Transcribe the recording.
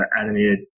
animated